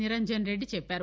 నిరంజన్ రెడ్డి చెప్పారు